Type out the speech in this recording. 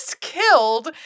killed